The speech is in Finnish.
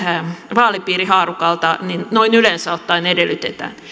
vaalipiirihaarukalta noin yleensä ottaen edellytetään